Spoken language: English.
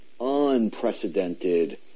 unprecedented